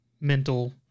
mental